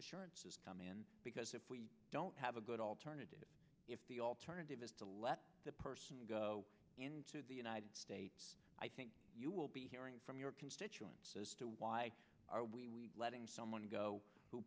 assurances come in because if we don't have a good alternative if the alternative is to let the person go into the united states i think you will be hearing from your constituents as to why are we letting someone go